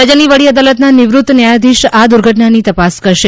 રાજ્યની વડી અદાલતના નિવૃત્ત ન્યાયાધીશ આ દુર્ઘટનાની તપાસ કરશે